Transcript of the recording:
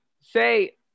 say